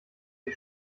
sie